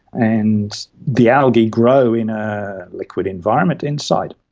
and the algae grow in a liquid environment inside.